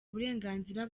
uburenganzira